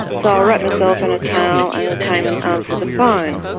so i wrapped myself in a towel and came and answered the phone.